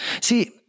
See